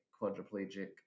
quadriplegic